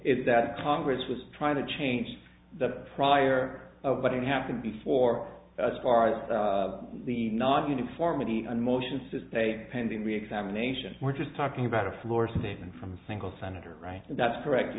is that congress was trying to change the prior of what had happened before as far as the non uniformity and motions to stay pending reexamination we're just talking about a floor statement from a single senator right now that's correct